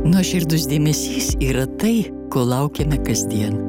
nuoširdus dėmesys yra tai ko laukiame kasdien